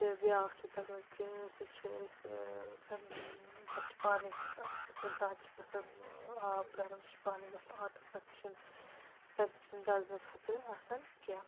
تہٕ بیاکھ چھُ تَتھ منٛز کہِ سُہ چھُ أسۍ تَتھ چھُ پانَے گسان تہٕ زیٛادٕ چھُ گسان آب گرم سُہ چھُ پانَے گسان آٹو کٹ سُہ چھُنہٕ تمہِ سۭتۍ چھُنہٕ دزنُک خطرٕ آسان کینٛہہ